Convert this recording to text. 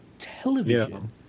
television